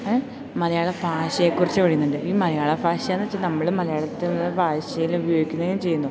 മലയാള ഭാഷയെക്കുറിച്ച് പറയുന്നുണ്ട് ഈ മലയാള ഭാഷ എന്ന് വെച്ചാൽ നമ്മള് മലയാളത്തില് ഭാഷയില് ഉപയോഗിക്കുകയും ചെയ്യുന്നു